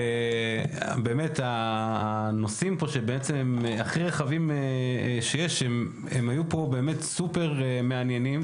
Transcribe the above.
הנושאים שדנו בהם פה היו באמת סופר-מעניינים,